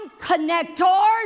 connectors